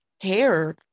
hair